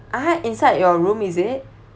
ah inside your room is it